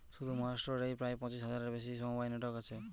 শুধু মহারাষ্ট্র রেই প্রায় পঁচিশ হাজারের বেশি সমবায় নেটওয়ার্ক আছে